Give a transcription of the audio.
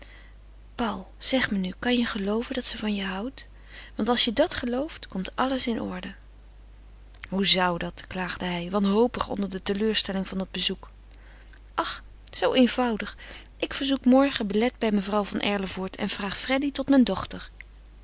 paul zeg me nu kan je gelooven dat ze van je houdt want als je dat gelooft komt alles in orde hoe zou dat klaagde hij wanhopig onder de teleurstelling van dat bezoek ach zoo eenvoudig ik verzoek morgen belet bij mevrouw van erlevoort en vraag freddy tot mijn dochter